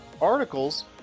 articles